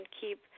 keep